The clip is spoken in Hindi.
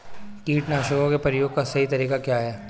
कीटनाशकों के प्रयोग का सही तरीका क्या है?